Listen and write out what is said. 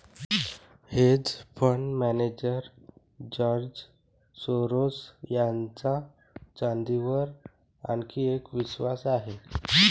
hedge fund manager George Soros यांचा चांदीवर आणखी एक विश्वास आहे